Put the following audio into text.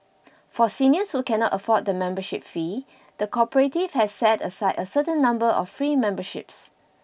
for seniors who cannot afford the membership fee the cooperative has set aside a certain number of free memberships